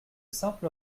simple